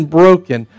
broken